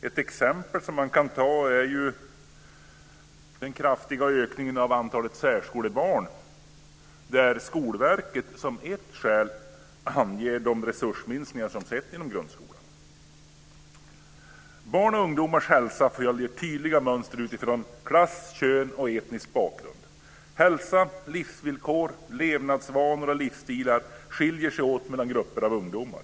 Ett exempel man kan ta är den kraftiga ökningen av antalet särskolebarn, där Skolverket som ett skäl anger de resursminskningar som skett inom grundskolan. Barns och ungdomars hälsa följer tydliga mönster utifrån klass, kön och etnisk bakgrund. Hälsa, livsvillkor, levnadsvanor och livsstilar skiljer sig åt mellan grupper av ungdomar.